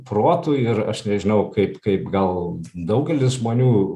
protui ir aš nežinau kaip kaip gal daugelis žmonių